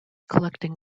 collecting